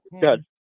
good